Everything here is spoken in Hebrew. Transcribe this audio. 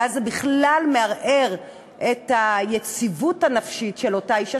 ואז זה בכלל מערער את היציבות הנפשית של אותה אישה,